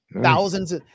thousands